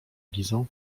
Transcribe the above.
lizo